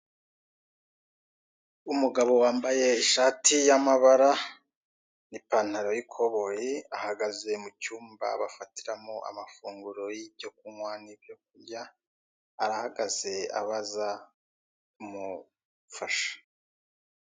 Umugabo wambaye ishati y'amabara n'ipantaro y'ikoboyi, ahagaze mu cyumba bafatiramo amafunguro y'ibyo kunywa n'ibyo kurya. Arahagaze abaza umufasha.